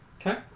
Okay